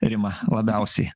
rima labiausiai